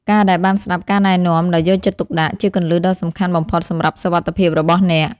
ការដែលបានស្ដាប់ការណែនាំដោយយកចិត្តទុកដាក់ ជាគន្លឹះដ៏សំខាន់បំផុតសម្រាប់សុវត្ថិភាពរបស់អ្នក។